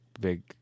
big